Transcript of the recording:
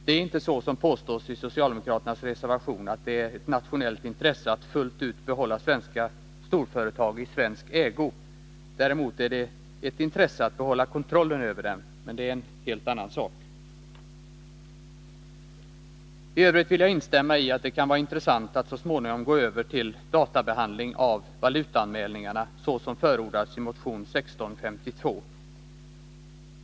Det är inte så som påstås i socialdemokraternas reservation, att det är ett nationellt intresse att fullt ut behålla . svenska storföretag i svensk ägo. Däremot är det ett intresse att behålla kontrollen över dem. Men det är en helt annan sak. I övrigt vill jag instämma i att det kan vara intressant att så småningom gå över till databehandling av valutaanmälningarna så som förordas i motion 1652.